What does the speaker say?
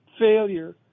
failure